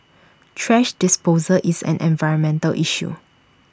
thrash disposal is an environmental issue